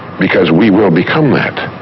because we will become that.